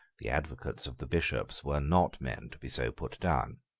the advocates of the bishops were not men to be so put down.